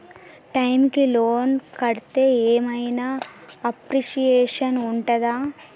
Time కి loan కడ్తే ఏం ఐనా అప్రిషియేషన్ ఉంటదా?